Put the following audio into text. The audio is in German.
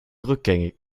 rückgängig